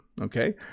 Okay